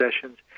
Sessions